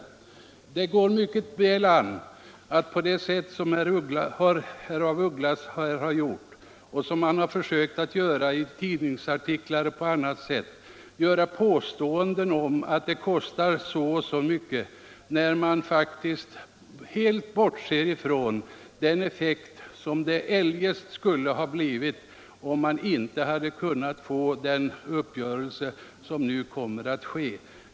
Det går mycket väl an att, på det sätt som herr af Ugglas gjort här och försökt göra i tidningsartiklar etc., påstå att det kostar så och så mycket — när han faktiskt helt bortser från den effekt som skulle ha uppstått om uppgörelse inte hade kunnat träffas.